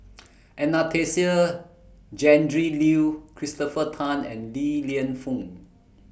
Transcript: Anastasia Tjendri Liew Christopher Tan and Li Lienfung